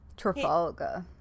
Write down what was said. Trafalgar